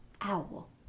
Owl